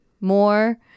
more